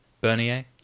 Bernier